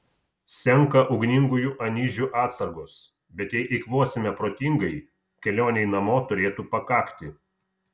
senka ugningųjų anyžių atsargos bet jei eikvosime protingai kelionei namo turėtų pakakti